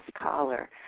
caller